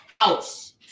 House